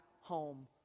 home